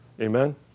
Amen